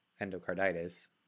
endocarditis